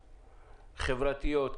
חברתיות,